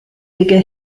bigger